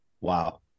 Wow